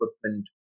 equipment